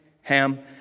Ham